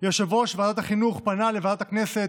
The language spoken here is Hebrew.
יושב-ראש ועדת החינוך פנה לוועדת הכנסת